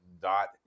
dot